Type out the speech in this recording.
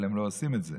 אבל הם לא עושים את זה.